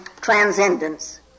transcendence